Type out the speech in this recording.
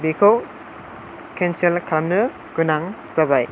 बेखौ केनसेल खालामनो गोनां जाबाय